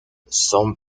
son